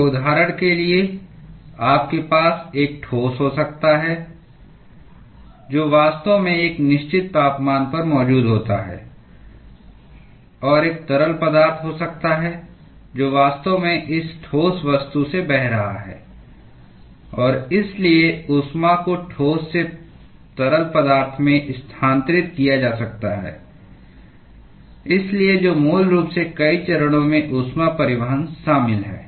तो उदाहरण के लिए आपके पास एक ठोस हो सकता है जो वास्तव में एक निश्चित तापमान पर मौजूद होता है और एक तरल पदार्थ हो सकता है जो वास्तव में इस ठोस वस्तु से बह रहा है और इसलिए ऊष्मा को ठोस से तरल पदार्थ में स्थानांतरित किया जा सकता है इसलिए जो मूल रूप से कई चरणों में ऊष्मा परिवहन शामिल है